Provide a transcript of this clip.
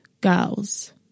girls